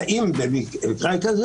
האם במקרה כזה,